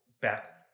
back